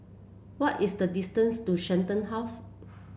what is the distance to Shenton House